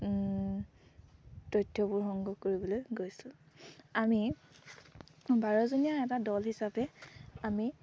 তথ্যবোৰ সংগ্ৰহ কৰিবলৈ গৈছিলোঁ আমি বাৰজনীয়া এটা দল হিচাপে আমি